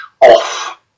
off